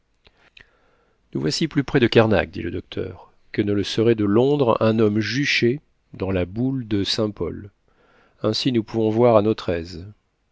nous voici plus près de kernak dit le docteur que ne le serait de londres un homme juché dans la boule de saint-paul ainsi nous pouvons voir à notre